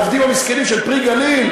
העובדים המסכנים של "פרי הגליל"